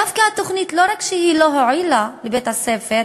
לא רק שהתוכנית לא הועילה לבית-הספר,